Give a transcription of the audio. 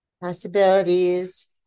Possibilities